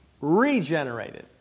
regenerated